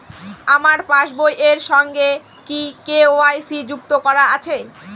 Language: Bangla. আমার পাসবই এর সঙ্গে কি কে.ওয়াই.সি যুক্ত করা আছে?